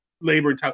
labor